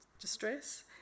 distress